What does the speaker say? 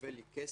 שמלווה לי כסף,